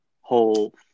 whole